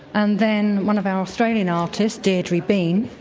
and then one of our australian artists, deidre bean,